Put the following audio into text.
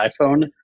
iPhone